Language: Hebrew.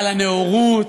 על הנאורות,